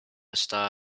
esta